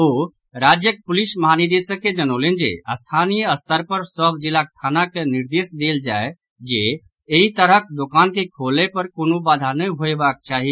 ओ राज्यक प्रलिस महानिदेशक के जनौलनि जे स्थानीय स्तर पर सभ जिलाक थाना के निर्देश देल जाय जे एहि तरहक दोकान के खोलय पर कोनो बाधा नहि होयबाक चाही